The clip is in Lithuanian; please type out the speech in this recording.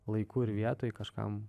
laiku ir vietoj kažkam